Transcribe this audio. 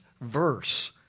verse